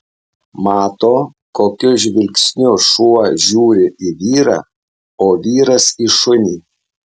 mato kokiu žvilgsniu šuo žiūri į vyrą o vyras į šunį